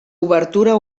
obertura